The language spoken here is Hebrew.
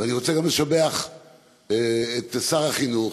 ואני רוצה גם לשבח את שר החינוך,